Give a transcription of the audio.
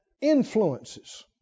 influences